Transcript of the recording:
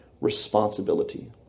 responsibility